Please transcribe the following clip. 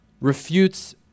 refutes